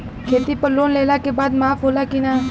खेती पर लोन लेला के बाद माफ़ होला की ना?